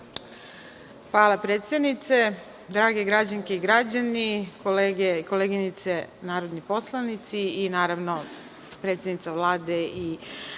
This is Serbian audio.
Hvala, predsednice. Drage građanke i građani, kolege i koleginice narodni poslanici i, naravno, predsednice Vlade i